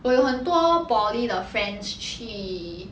我有很多 poly 的 friends 去